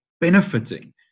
benefiting